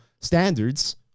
standards